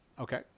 Okay